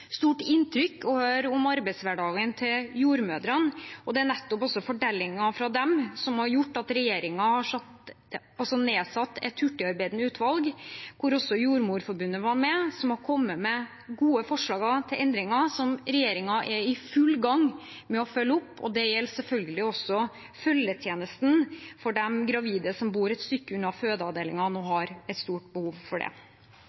stort inntrykk å høre om arbeidshverdagen til jordmødrene, og det er nettopp fortellinger fra dem som har gjort at regjeringen nedsatte et hurtigarbeidende utvalg, der også Jordmorforbundet var med, som har kommet med gode forslag til endringer som regjeringen er i full gang med å følge opp. Det gjelder selvfølgelig også følgetjenesten for de gravide som bor et stykke unna fødeavdelingen og har et stort behov for det.